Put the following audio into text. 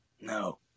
No